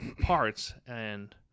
parts—and